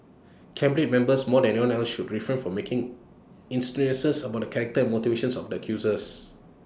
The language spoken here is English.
cabinet members more than anyone else should refrain from making insinuations about the character motivations of the accusers